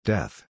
Death